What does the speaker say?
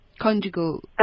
Conjugal